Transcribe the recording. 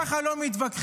ככה לא מתווכחים?